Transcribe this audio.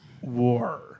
war